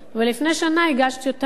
ולפני שנה הגשתי אותה.